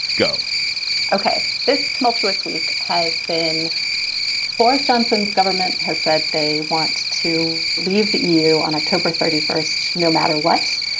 go ok. this tumultuous week has been boris johnson's. government has said they want to leave the eu on october thirty first no matter what.